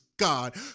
God